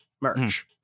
merch